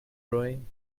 rowing